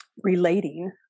relating